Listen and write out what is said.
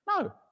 No